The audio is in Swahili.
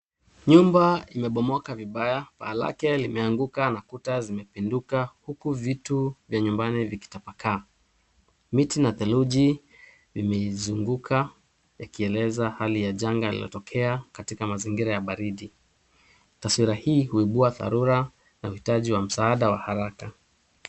Nyumba imebomoka vibaya. Paa lake limeanguka na kuta zimepinduka, huku vitu vya nyumbani vikitapakaa. Miti na theluji imeizunguka ikieneza hali ya janga linalotikea katika mazingira ya baridi. Taswira hii huibia dharura na uhitaji wa msaada wa haraka.